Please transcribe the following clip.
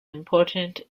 important